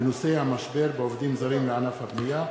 בנושא: המשבר בעובדים זרים לענף הבנייה,